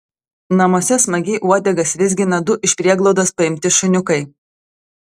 namuose smagiai uodegas vizgina du iš prieglaudos paimti šuniukai